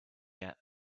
yet